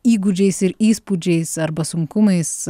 įgūdžiais ir įspūdžiais arba sunkumais